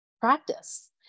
practice